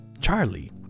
Charlie